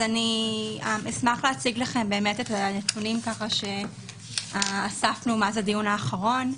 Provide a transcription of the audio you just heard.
אני אשמח להציג לכם את הנתונים שאספנו מאז הדיון האחרון.